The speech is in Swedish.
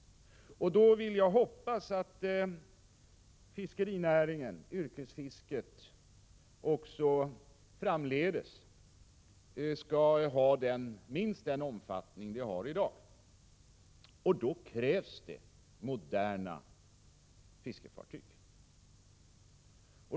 Jag hoppas att fiskerinäringen, yrkesfisket, också framdeles skall ha minst den omfattning som den har i dag. Då krävs det moderna fiskefartyg.